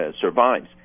survives